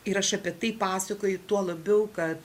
ir aš apie tai pasakoju tuo labiau kad